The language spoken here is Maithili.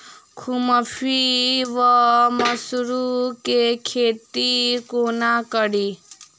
खुम्भी वा मसरू केँ खेती कोना कड़ी?